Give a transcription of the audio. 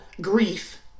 grief